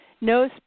No